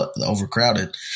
overcrowded